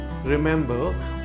Remember